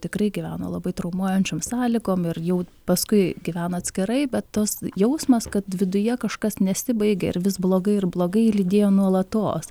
tikrai gyveno labai traumuojančiom sąlygom ir jau paskui gyvena atskirai bet tas jausmas kad viduje kažkas nesibaigia ir vis blogai ir blogai lydėjo nuolatos